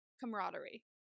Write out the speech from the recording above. camaraderie